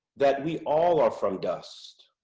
that we all are from dust,